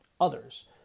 others